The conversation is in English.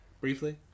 briefly